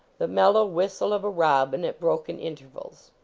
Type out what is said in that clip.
the mellow whis tle of a robin, at broken intervals.